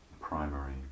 primary